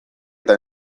eta